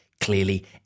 clearly